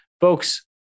folks